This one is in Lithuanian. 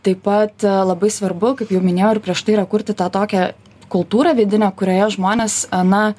taip pat labai svarbu kaip jau minėjau ir prieš tai yra kurti tą tokią kultūrą vidinę kurioje žmonės na